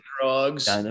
drugs